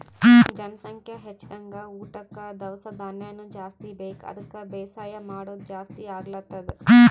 ಜನಸಂಖ್ಯಾ ಹೆಚ್ದಂಗ್ ಊಟಕ್ಕ್ ದವಸ ಧಾನ್ಯನು ಜಾಸ್ತಿ ಬೇಕ್ ಅದಕ್ಕ್ ಬೇಸಾಯ್ ಮಾಡೋದ್ ಜಾಸ್ತಿ ಆಗ್ಲತದ್